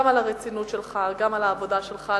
גם על הרצינות שלך וגם על העבודה שלך,